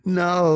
no